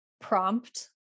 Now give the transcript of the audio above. prompt